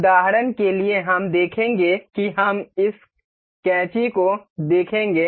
उदाहरण के लिए हम देखेंगे कि हम इस कैंची को देखेंगे